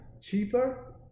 Cheaper